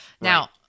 now